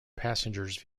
passengers